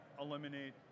eliminate